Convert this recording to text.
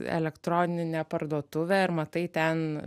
elektroninę parduotuvę ir matai ten